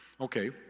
Okay